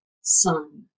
son